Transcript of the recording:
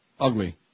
Ugly